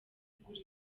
kugura